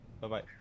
Bye-bye